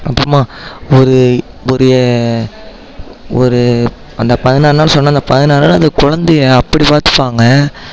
அப்புறமாக ஒரு ஒரு ஒரு அந்த பதினாறு நாள் சொன்னேன்ல பதினாறு நாள் அந்த குழந்தைய அப்படி பார்த்துப்பாங்க